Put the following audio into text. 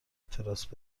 تراس